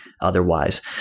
otherwise